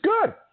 good